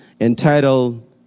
entitled